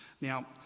Now